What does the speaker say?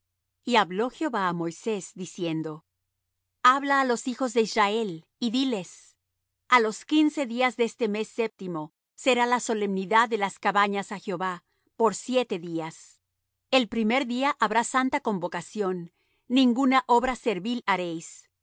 y habló jehová á moisés diciendo habla á los hijos de israel y diles a los quince días de este mes séptimo será la solemnidad de las cabañas á jehová por siete días el primer día habrá santa convocación ninguna obra servil haréis